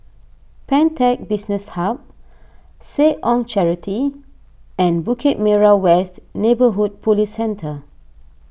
Pantech Business Hub Seh Ong Charity and Bukit Merah West Neighbourhood Police Centre